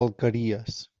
alqueries